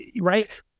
right